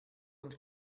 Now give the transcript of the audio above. und